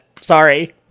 Sorry